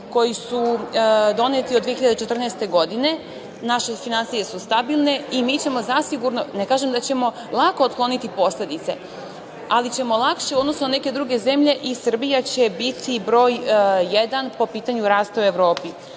koji su doneti od 2014. godine, naše finansije su stabilne i mi ćemo zasigurno, ne kažem da ćemo lako otkloniti posledice, ali ćemo lakše u odnosu na neke druge zemlje i Srbija će biti broj jedan po pitanju rasta u Evropi.